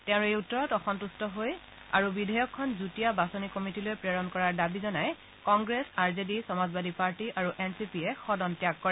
তেওঁৰ এই উত্তৰত অসম্ভট্ট হৈ আৰু বিধেয়কখন যুটীয়া বাচনি কমিটীলৈ প্ৰেৰণ কৰাৰ দাবী জনাই Congress R J D Samajwadi party আৰু এন চি পিয়ে সদন ত্যাগ কৰে